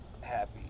Happy